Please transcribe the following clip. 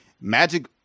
Magic